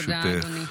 לרשותך.